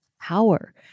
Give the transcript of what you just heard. power